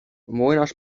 młynarz